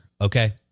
Okay